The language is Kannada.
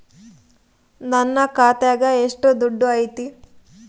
ನನ್ನ ಖಾತ್ಯಾಗ ಎಷ್ಟು ದುಡ್ಡು ಐತಿ?